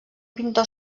pintor